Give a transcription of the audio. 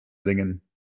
singen